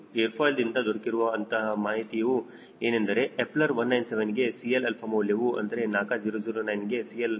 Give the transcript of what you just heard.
air ಫಾಯ್ಲ್ದಿಂದ ದೊರಕಿರುವ ಅಂತಹ ಮಾಹಿತಿಯು ಏನೆಂದರೆ ಎಫ್ಲರ್ 197ಗೆ 𝐶Lα ಮೌಲ್ಯವು ಅಂದರೆ NACA009 ಗೆ 𝐶Lα ಮೌಲ್ಯವು 6